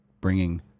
bringing